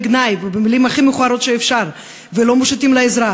גנאי ובמילים הכי מכוערות שאפשר ולא מושיטים לה עזרה,